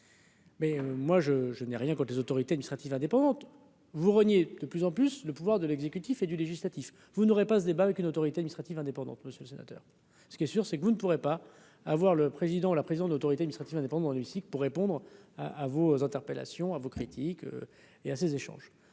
Mais moi, je, je n'ai rien que les autorités illustrative indépendante vous renier, de plus en plus le pouvoir de l'exécutif et du législatif, vous n'aurez pas ce débat avec une autorité d'initiative indépendante, monsieur le sénateur, ce qui est sûr, c'est que vous ne pourrez pas à le président la président de l'Autorité initiative indépendant Lucic pour répondre à à vos interpellations à vos critiques et à ces échanges,